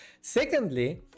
Secondly